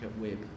web